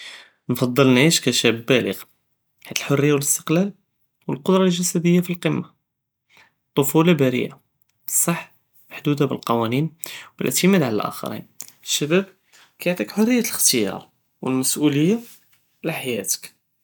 נקטר נעיש קشاف בלה חית אלחריה ו אלאסתقلال, ו אלקדרה אלג'סדיה פלקומה, אלטפולה בריאה, בסח מחדודה בלקוואנין, ו לאעתמד על האחרין, אלשباب קיעטיך חריה אלאח'תיאר ו אלמס'וליה על חייאתכ.